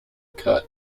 cut